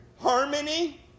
harmony